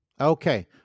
Okay